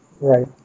Right